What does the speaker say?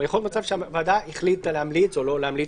יכול להיות מצב שהוועדה החליטה להמליץ או לא להמליץ,